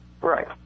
Right